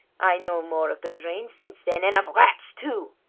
i know more of the drains since then, and of rats, too!